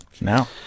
Now